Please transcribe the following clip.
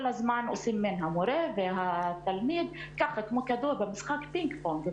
כל הזמן מכדררים את המורה והתלמיד כמו במשחק פינג-פונג.